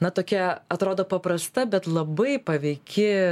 na tokia atrodo paprasta bet labai paveiki